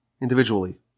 individually